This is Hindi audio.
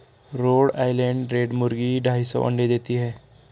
रोड आइलैंड रेड मुर्गी ढाई सौ अंडे देती है